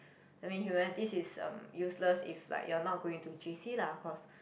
I mean humanities is um useless if like you are not going to j_c lah of course